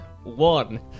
One